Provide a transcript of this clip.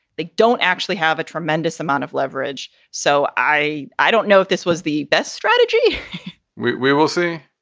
they don't actually have a tremendous amount of leverage. so i i don't know if this was the best strategy we we will see.